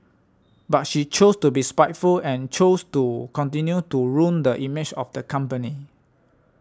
but she chose to be spiteful and chose to continue to ruin the image of the company